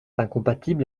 incompatible